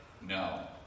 no